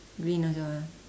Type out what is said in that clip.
green also ah